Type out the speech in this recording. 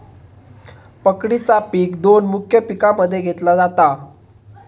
पकडीचा पिक दोन मुख्य पिकांमध्ये घेतला जाता